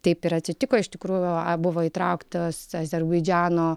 taip ir atsitiko iš tikrųjų a buvo įtrauktas azerbaidžano